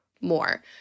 more